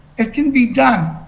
it can be done.